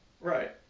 Right